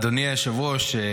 אדוני היושב-ראש.